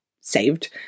saved